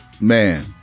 Man